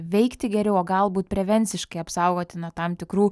veikti geriau o galbūt prevenciškai apsaugoti nuo tam tikrų